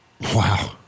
Wow